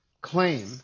claim